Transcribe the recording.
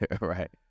right